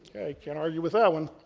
can't argue with that one.